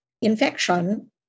infection